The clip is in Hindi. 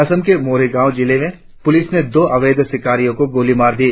असम के मोरीगांव जिले में पुलिस ने दो अवैध शिकारियों को गोली मार दी